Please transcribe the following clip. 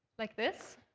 like this.